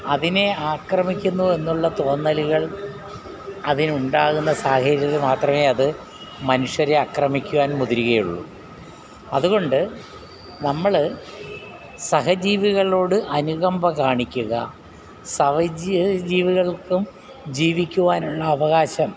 അതിനെ ആക്രമിക്കുന്നു എന്നുള്ള തോന്നലുകൾ അതിനുണ്ടാക്ന്ന സാഹചര്യത്തിൽ മാത്രമേ അത് മനുഷ്യരെ ആക്രമിക്കുവാൻ മുതിരുകയുള്ളൂ അതുകൊണ്ട് നമ്മള് സഹജീവികളോട് അനുകമ്പ കാണിക്കുക സഹജ് ജീവികൾക്കും ജീവിക്കുവാനുള്ള അവകാശം